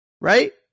Right